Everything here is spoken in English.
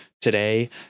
today